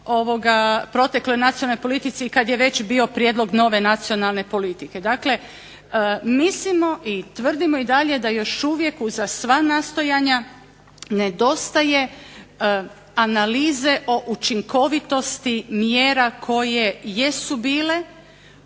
protekloj nacionalnoj politici i kad je već bio prijedlog nove nacionalne politike. Dakle, mislimo i tvrdimo i dalje da još uvijek uza sva nastojanja nedostaje analize o učinkovitosti mjera koje jesu bile,